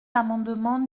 l’amendement